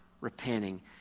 repenting